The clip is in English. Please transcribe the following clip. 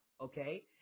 okay